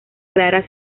clara